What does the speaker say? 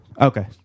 Okay